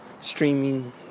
streaming